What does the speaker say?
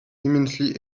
immensely